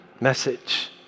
message